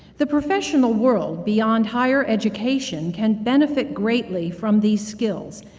the professional world beyond higher education can benefit greatly from these skills,